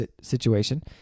situation